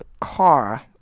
car